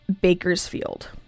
Bakersfield